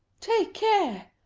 take care!